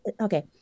okay